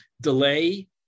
delay